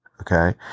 okay